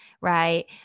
right